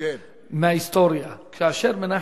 מההיסטוריה, כן.